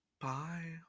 bye